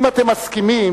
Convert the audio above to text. אם אתם מסכימים,